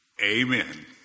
Amen